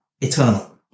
eternal